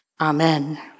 Amen